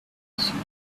frequency